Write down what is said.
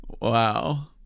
Wow